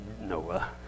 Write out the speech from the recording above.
Noah